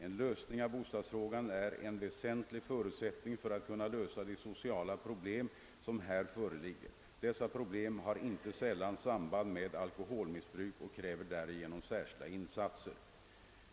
En lösning av bostadsfrågan är en väsentlig förutsättning för att kunna lösa de sociala problem som här föreligger. Dessa problem har inte sällan samband med alkoholmissbruk och kräver därigenom särskilda insatser.